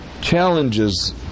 challenges